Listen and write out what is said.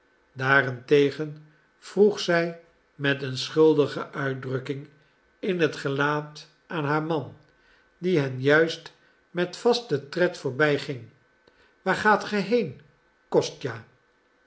daarentegen vroeg zij met een schuldige uitdrukking in t gelaat aan haar man die hen juist met vasten tred voorbij ging waar gaat ge heen kostja